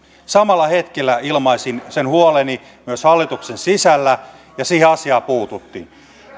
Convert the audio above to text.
samalla hetkellä ilmaisin huoleni myös hallituksen sisällä ja siihen asiaan puututtiin